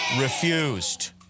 Refused